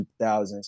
2000s